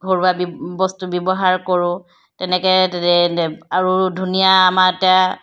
ঘৰুৱা বিব বস্তু ব্যৱহাৰ কৰোঁ তেনেকৈ আৰু ধুনীয়া আমাৰ তে